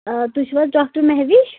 آ تُہۍ چھِو حظ ڈاکٹر مہوِش